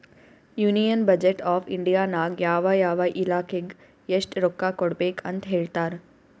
union budget of India ನಾಗ್ ಯಾವ ಯಾವ ಇಲಾಖೆಗ್ ಎಸ್ಟ್ ರೊಕ್ಕಾ ಕೊಡ್ಬೇಕ್ ಅಂತ್ ಹೇಳ್ತಾರ್